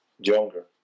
younger